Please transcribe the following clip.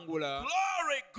Glory